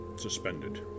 Suspended